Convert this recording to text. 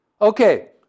Okay